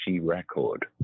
record